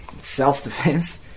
self-defense